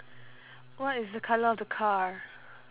what is the colour of the car